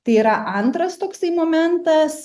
tai yra antras toksai momentas